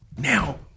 now